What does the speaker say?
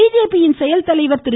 பிஜேபியின் செயல் தலைவர் திரு